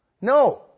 No